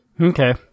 Okay